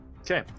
okay